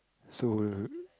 so